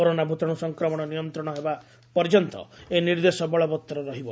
corona ଭୂତାଣୁ ସଂକ୍ରମଣ ନିୟନ୍ତଣ ହେବା ପର୍ଯ୍ୟନ୍ତ ଏହି ନିର୍ଦ୍ଦେଶ ବଳବତ୍ତର ରହିବ